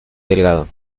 delgado